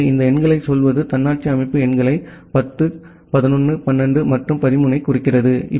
எனவே இந்த எண்களைச் சொல்வது தன்னாட்சி அமைப்பு எண்களை 10 11 12 மற்றும் 13 ஐ குறிக்கிறது